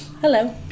Hello